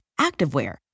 activewear